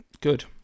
good